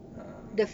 ah